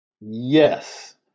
yes